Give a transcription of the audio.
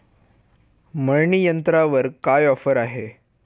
मळणी यंत्रावर काय ऑफर आहे?